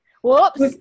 Whoops